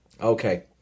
Okay